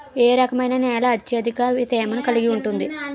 ఏ రకమైన నేల అత్యధిక తేమను కలిగి ఉంటుంది?